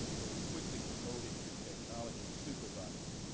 but was quickly promoted to technology supervisor.